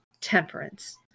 Temperance